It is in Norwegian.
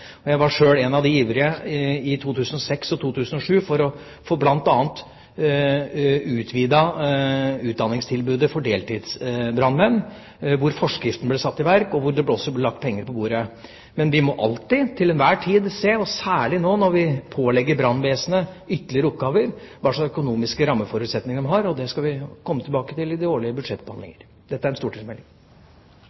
og jeg var sjøl en av de ivrige i 2006 og i 2007 for bl.a. å utvide utdanningstilbudet for deltidsbrannmenn, hvor forskriften ble satt i verk, og hvor det også ble lagt penger på bordet. Men vi må alltid, til enhver tid – særlig nå når vi pålegger brannvesenet ytterligere oppgaver – se på hva slags økonomiske rammeforutsetninger de har. Det skal vi kommer tilbake til i de årlige